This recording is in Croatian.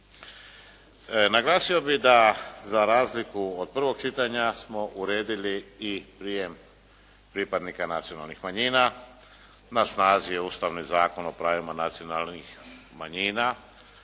Naglasio bih da za razliku od prvog čitanja smo uredili i prijem pripadnika nacionalnih manjina. Na snazi je ustavni Zakon o pravima nacionalnih manjina